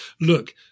look